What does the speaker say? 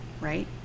right